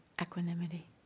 equanimity